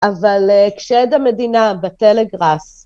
אבל כשעד המדינה בטלגרס